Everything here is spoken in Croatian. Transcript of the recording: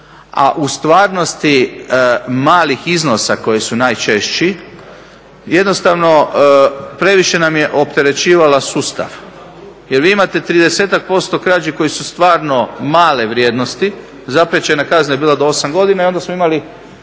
a u stvarnosti malih iznosa koji su najčešći, jednostavno previše nam je opterećivala sustav. Jer vi imate tridesetak posto krađi koje su stvarno male vrijednosti. Zapriječena kazna je bila do 8 godina i onda smo imali